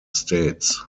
states